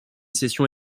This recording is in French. session